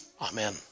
Amen